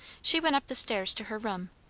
she went up the stairs to her room,